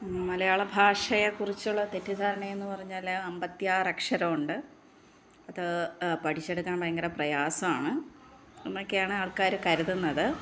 മലയാള ഭാഷയെക്കുറിച്ചുള്ള തെറ്റിദ്ധാരണ എന്നു പറഞ്ഞാൽ അമ്പത്തിയാറ് അക്ഷരമുണ്ട് അത് പഠിച്ചെടുക്കാന് ഭയങ്കര പ്രയാസമാണ് എന്നൊക്കെയാണ് ആള്ക്കാർ കരുതുന്നത്